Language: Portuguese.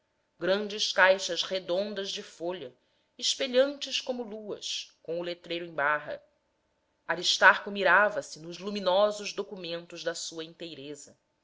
grandes caixas redondas de folha espelhantes como luas com o letreiro em barra aristarco mirava se nos luminosos documentos da sua inteireza